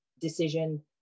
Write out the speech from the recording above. decision